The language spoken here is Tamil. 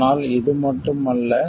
ஆனால் இது மட்டும் அல்ல